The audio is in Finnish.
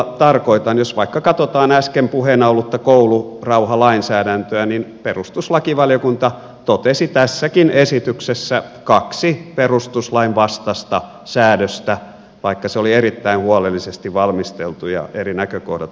jos vaikka katsotaan äsken puheena ollutta koulurauhalainsäädäntöä niin perustuslakivaliokunta totesi tässäkin esityksessä kaksi perustuslain vastaista säädöstä vaikka se oli erittäin huolellisesti valmisteltu ja eri näkökohdat huomioinut